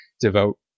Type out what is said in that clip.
devote